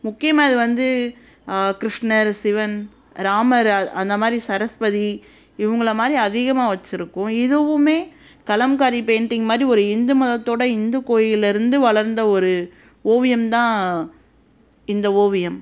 முக்கியமாக இது வந்து கிருஷ்ணர் சிவன் ராமரால் அந்த மாதிரி சரஸ்வதி இவங்கள மாதிரி அதிகமாக வச்சுருக்கும் இதுவுமே கலம்காரி பெயிண்டிங் மாதிரி ஒரு இந்து மதத்தோடு இந்து கோயிலிலிருந்து வளர்ந்த ஒரு ஓவியம் தான் இந்த ஓவியம்